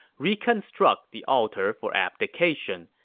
reconstruct the altar for abdication,